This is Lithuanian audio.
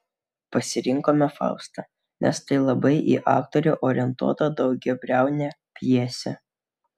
pasirinkome faustą nes tai labai į aktorių orientuota daugiabriaunė pjesė